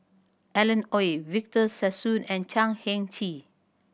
Alan Oei Victor Sassoon and Chan Heng Chee